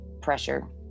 pressure